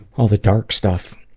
all the dark stuff.